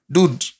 Dude